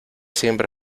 siempre